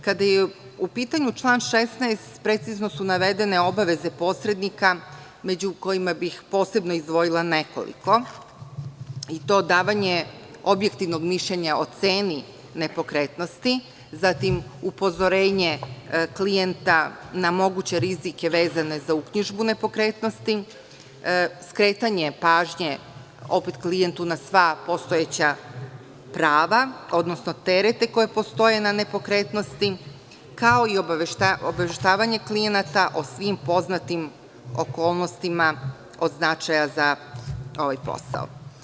Kada je u pitanju član 16. precizno su navedene obaveze posrednika, gde bih posebno izdvojila nekoliko, i to davanje objektivnog mišljenja o ceni nepokretnosti, zatim upozorenje klijenta na moguće rizike vezane za uknjižbu nepokretnosti, skretanje pažnje klijentu na sva postojeća prava, odnosno terete koje postoje na nepokretnosti, kao i obaveštavanje klijenata o svim poznatim okolnostima od značaja za ovaj posao.